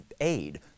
aid